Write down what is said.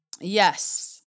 Yes